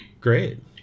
Great